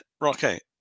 Rocket